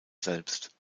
selbst